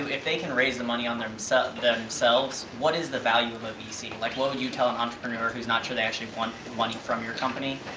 if they can raise the money um themselves, what is the value of a vc, like what would you tell an entrepreneur who is not sure they actually want money from your company?